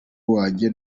wanjye